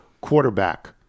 quarterback